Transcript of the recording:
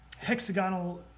hexagonal